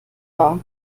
war